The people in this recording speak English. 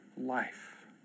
Life